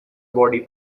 body